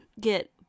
get